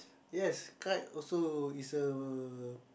yes kite also is a